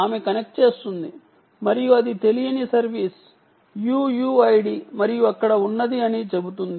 ఆమె కనెక్ట్ చేస్తుంది మరియు అది తెలియని సర్వీస్ UUID అక్కడ ఉన్నది అని చెబుతుంది